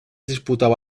disputava